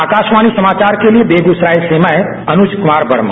आकाशवाणी समाचार के लिए बेगूसराय से अनुज कुमार वर्मा